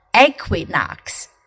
equinox